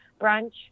brunch